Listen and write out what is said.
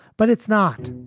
but it's not